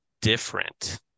different